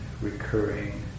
recurring